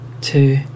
two